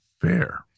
fair